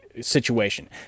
situation